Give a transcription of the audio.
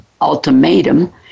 ultimatum